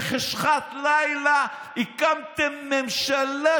בחשכת לילה הקמתם ממשלה,